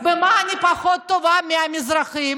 במה אני פחות טובה מהמזרחים?